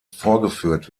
vorgeführt